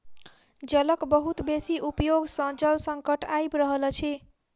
जलक बहुत बेसी उपयोग सॅ जल संकट आइब रहल अछि